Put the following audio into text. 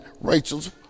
Rachel's